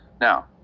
Now